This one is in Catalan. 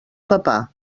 papà